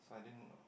so I didn't